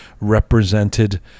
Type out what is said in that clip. represented